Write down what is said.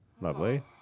Lovely